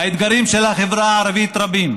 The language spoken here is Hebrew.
האתגרים של החברה הערבית רבים,